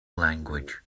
language